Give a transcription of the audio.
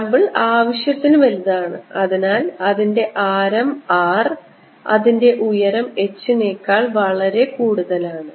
sample ആവശ്യത്തിന് വലുതാണ് അതിനാൽ അതിന്റെ ആരം R അതിന്റെ ഉയരം h നേക്കാൾ വളരെ കൂടുതലാണ്